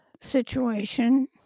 situation